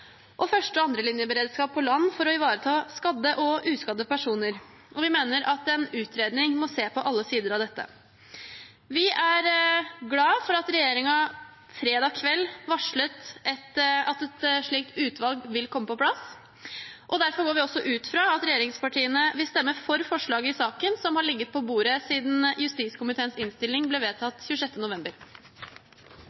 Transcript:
og første- og andrelinjeberedskap på land for å ivareta skadde og uskadde personer. Vi mener at en utredning må se på alle sider av dette. Vi er glad for at regjeringen fredag kveld varslet at et slikt utvalg vil komme på plass. Derfor går vi også ut fra at regjeringspartiene vil stemme for vårt forslag i saken, som har ligget på bordet siden justiskomiteens innstilling ble